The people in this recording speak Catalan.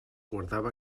guardava